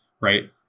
right